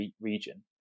region